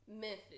Memphis